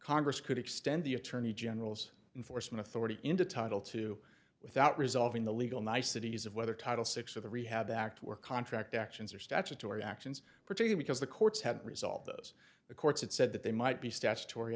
congress could extend the attorney general's enforcement authority into title two without resolving the legal niceties of whether title six of the rehab act were contract actions or statutory actions were taken because the courts had resolved those the courts had said that they might be statutory